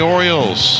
Orioles